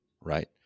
right